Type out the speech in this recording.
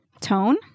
tone